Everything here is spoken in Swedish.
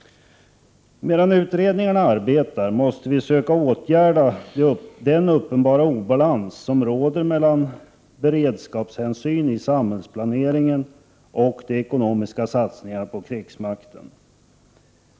Medan utredningarna arbetar måste vi söka åtgärda den uppenbara obalans som råder mellan beredskapshänsyn i samhällsplaneringen och de ekonomiska satsningarna på krigsmakten.